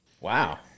wow